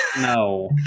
No